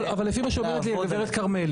אבל לפי מה שאומרת לי הגב' כרמלי,